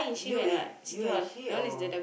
you and you and she or